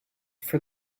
for